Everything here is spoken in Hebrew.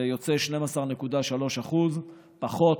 זה יוצא 12.3% פחות